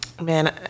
Man